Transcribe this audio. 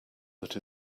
that